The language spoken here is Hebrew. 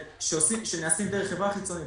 שנעשים דרך חברה חיצונית,